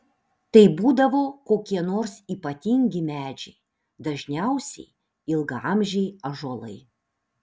tai būdavo kokie nors ypatingi medžiai dažniausiai ilgaamžiai ąžuolai